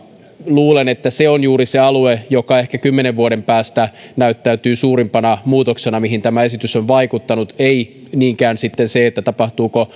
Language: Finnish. luulen että se on juuri se alue joka ehkä kymmenen vuoden päästä näyttäytyy suurimpana muutoksena mihin tämä esitys on vaikuttanut ei niinkään se tapahtuuko